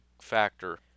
factor